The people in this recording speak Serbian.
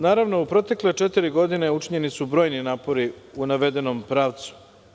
Naravno, u protekle četiri godine učinjeni su brojni napori u navedenom pravcu.